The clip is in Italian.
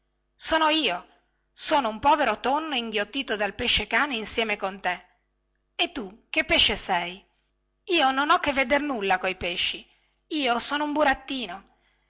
sono io sono un povero tonno inghiottito dal pesce-cane insieme con te e tu che pesce sei io non ho che vedere nulla coi pesci io sono un burattino